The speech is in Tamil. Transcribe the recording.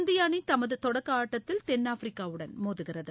இந்திய அணி தமது தொடக்க ஆட்டத்தில் தென்னாப்பிரிக்காவுடன் மோதுகிறது